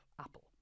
Apple